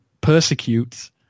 persecute